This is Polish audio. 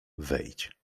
wejdź